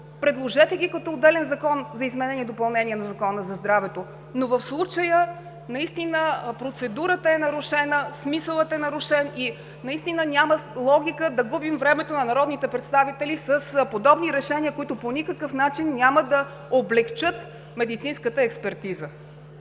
предложете ги като отделен Закон за изменение и допълнение на Закона за здравето, но в случая наистина процедурата е нарушена, смисълът е нарушен и няма логика да губим времето на народните представители с подобни решения, които по никакъв начин няма да облекчат медицинската експертиза.